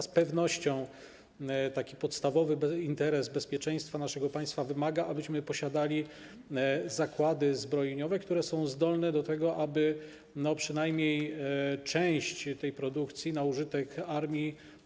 Z pewnością podstawowy interes bezpieczeństwa naszego państwa wymaga, abyśmy posiadali zakłady zbrojeniowe, które są zdolne do tego, aby prowadzić przynajmniej część produkcji na użytek armii.